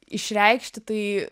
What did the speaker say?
išreikšti tai